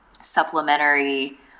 supplementary